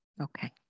Okay